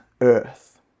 earth